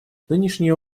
нынешние